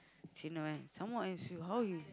some more as you how you